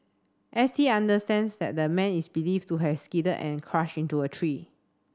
S T understands that the man is believed to have skidded and crashed into a tree